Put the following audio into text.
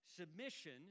Submission